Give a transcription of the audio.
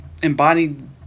Embodied